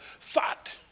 thought